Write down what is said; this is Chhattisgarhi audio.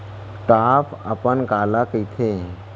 टॉप अपन काला कहिथे?